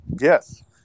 Yes